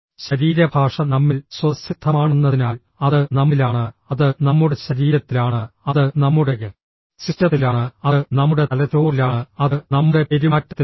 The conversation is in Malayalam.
ശരീരഭാഷ നമ്മിൽ സ്വതസിദ്ധമാണെന്നതിനാൽ അത് നമ്മിലാണ് അത് നമ്മുടെ ശരീരത്തിലാണ് അത് നമ്മുടെ സിസ്റ്റത്തിലാണ് അത് നമ്മുടെ തലച്ചോറിലാണ് അത് നമ്മുടെ പെരുമാറ്റത്തിലാണ്